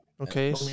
Okay